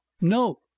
No